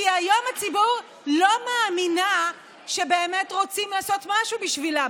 כי היום הציבור לא מאמינה שבאמת רוצים לעשות משהו בשבילה.